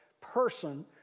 person